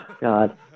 God